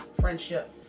Friendship